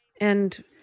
and-